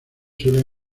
suelen